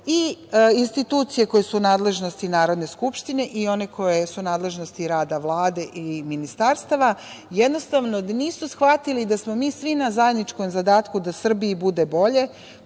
i institucije koje su u nadležnosti Narodne skupštine i one koje su u nadležnosti rada Vlade i ministarstava, jednostavno da nisu shvatili da smo mi svi na zajedničkom zadatku da Srbiji bude bolje,